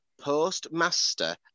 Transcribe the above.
postmaster